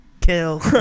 Kill